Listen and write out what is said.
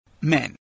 men